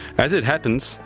as it happens,